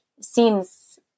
seems